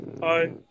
Hi